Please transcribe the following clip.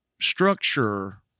structure